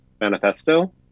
Manifesto